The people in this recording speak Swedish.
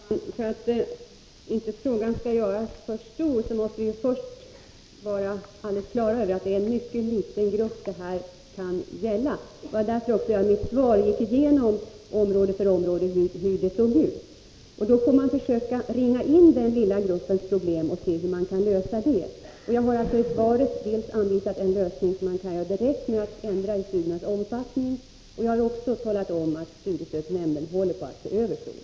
Herr talman! För att inte frågan skall göras för stor vill jag nämna att det är en mycket liten grupp som berörs. Det var också därför som jag i mitt svar gick igenom område för område hur det såg ut. Man får försöka ringa in den lilla gruppens problem och se hur man kan lösa dem. Jag har i svaret sagt att en lösning kan vara att man ökar studiernas omfattning. Jag har också talat om att studiestödsnämnden håller på att se över frågan.